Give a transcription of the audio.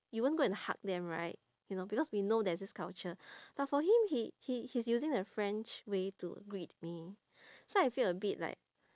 you won't go and hug them right you know because we know there's this culture but for him he he he's using the french way to greet me so I feel a bit like